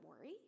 worry